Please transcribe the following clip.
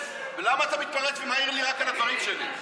ולמה אתה מתפרץ ומעיר לי, רק על הדברים שלי?